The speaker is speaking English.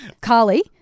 Carly